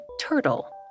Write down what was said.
Turtle